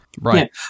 Right